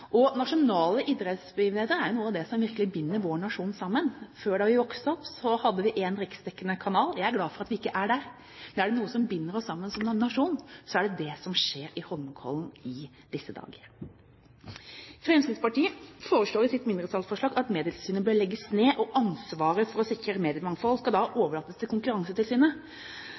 alle. Nasjonale idrettsbegivenheter er jo noe av det som virkelig binder vår nasjon sammen. Da vi vokste opp, hadde vi én riksdekkende kanal. Jeg er glad for at vi ikke er der. Men er det noe som binder oss sammen som nasjon, er det det som skjer i Holmenkollen i disse dager. Fremskrittspartiet foreslår i sitt mindretallsforslag at Medietilsynet bør legges ned, og at ansvaret for å sikre mediemangfold skal overlates til Konkurransetilsynet.